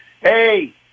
hey